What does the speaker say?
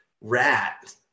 rat